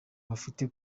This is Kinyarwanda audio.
bafite